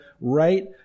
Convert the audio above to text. right